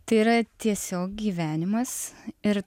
tai yra tiesiog gyvenimas ir